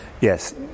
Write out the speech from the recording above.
Yes